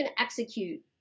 execute